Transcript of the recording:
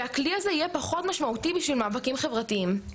והכלי הזה יהיה פחות משמעותי בשביל מאבקים חברתיים.